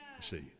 see